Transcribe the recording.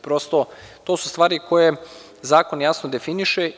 Prosto, to su stvari koje zakon jasno definiše.